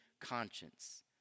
conscience